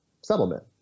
settlement